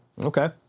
Okay